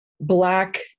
black